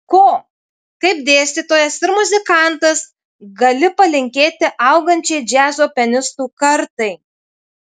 ko kaip dėstytojas ir muzikantas gali palinkėti augančiai džiazo pianistų kartai